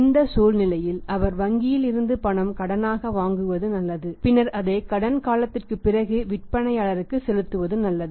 அந்த சூழ்நிலையில் அவர் வங்கியில் இருந்து பணம் கடனாக வாங்குவது நல்லது பின்னர் அதை கடன் காலத்திற்குப் பிறகு விற்பனையாளருக்கு செலுத்துவது நல்லது